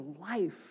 life